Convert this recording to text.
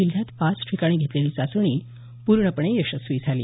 जिल्ह्यात पाच ठिकाणी घेतलेली चाचणी पूर्णपणे यशस्वी झाली